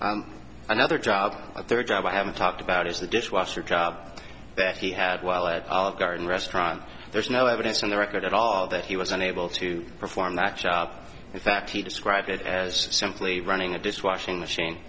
and another job a third job i haven't talked about is the dishwasher job that he had while at olive garden restaurant there is no evidence on the record at all that he was unable to perform that shop in fact he described it as simply running a disk washing machine